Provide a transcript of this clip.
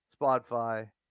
Spotify